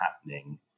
happening